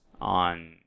on